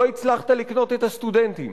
לא הצלחת לקנות את הסטודנטים,